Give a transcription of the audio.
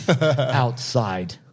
outside